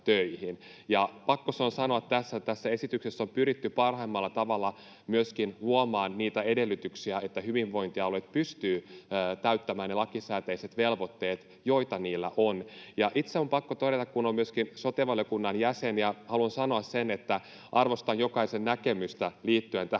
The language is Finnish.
pakko se on sanoa, että tässä esityksessä on pyritty parhaimmalla tavalla myöskin luomaan niitä edellytyksiä, että hyvinvointialueet pystyvät täyttämään ne lakisääteiset velvoitteet, joita niillä on. Ja itse on pakko todeta, kun olen myöskin sote-valiokunnan jäsen, että haluan sanoa sen, että arvostan jokaisen näkemystä liittyen tähän